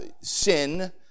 sin